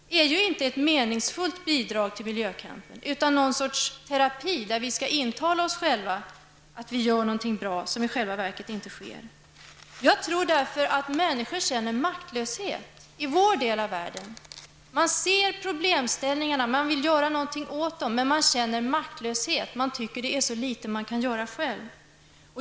Det är ju inte ett meningsfullt bidrag till miljökampen utan någon sorts terapi, där vi intalar oss själva att vi gör någonting bra, trots att det i själva verket inte är så. Därför tror jag att människor känner maktlöshet i vår del av världen. Man ser problemställningarna och vill göra någonting åt dem, men man känner maktlöshet, man tycker att det är så litet som man kan göra själv.